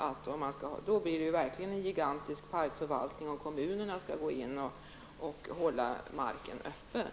Om kommunerna skall gå in och hålla marken öppen skulle det verkligen bli en gigantisk parkförvaltning.